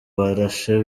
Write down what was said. barashe